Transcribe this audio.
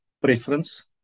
preference